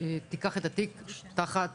תיקח את התיק תחת